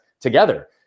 together